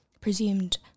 presumed